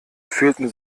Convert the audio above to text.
fühlen